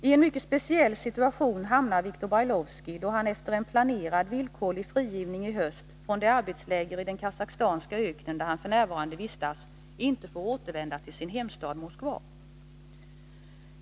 I en mycket speciell situation hamnar Viktor Brailovskij då han efter en planerad villkorlig frigivning i höst från det arbetsläger i den kasakhstanska öknen, där han f. n. vistas, inte får återvända till sin hemstad Moskva.